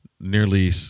nearly